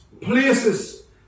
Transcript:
Places